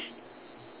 ya it's